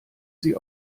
sie